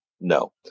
No